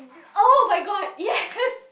oh my god yes